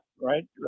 right